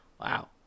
Wow